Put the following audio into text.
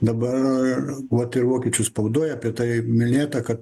dabar vat ir vokiečių spaudoj apie tai minėta kad